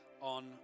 on